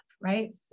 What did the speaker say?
right